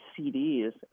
cds